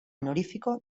honorífico